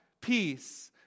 peace